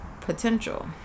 potential